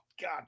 God